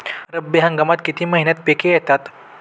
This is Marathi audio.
रब्बी हंगामात किती महिन्यांत पिके येतात?